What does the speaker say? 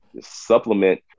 supplement